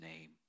name